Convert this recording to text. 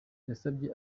yasabye